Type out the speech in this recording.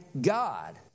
god